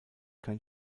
kein